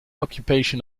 occupation